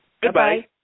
goodbye